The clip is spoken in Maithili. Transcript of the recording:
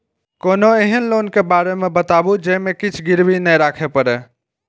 कोनो एहन लोन के बारे मे बताबु जे मे किछ गीरबी नय राखे परे?